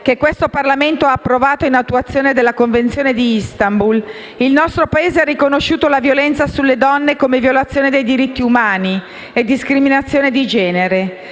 che il Parlamento ha approvato in attuazione della Convenzione di Istanbul, il nostro Paese ha riconosciuto la violenza sulle donne come violazione dei diritti umani e discriminazione di genere